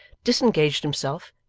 disengaged himself,